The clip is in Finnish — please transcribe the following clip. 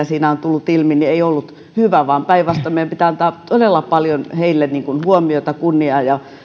siinä on tullut ilmi eivät olleet hyviä vaan päinvastoin meidän pitää antaa todella paljon heille huomiota kunniaa ja